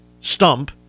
stump